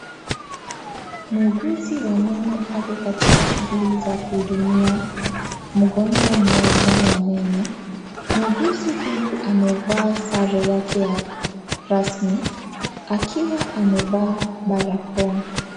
Muuguzi wa meno ako katika shughuli kuhudumia mgonjwa moja wa meno, muuguzi huyu amevaa zare yake ya rasmi akiwa amevaa barakoa.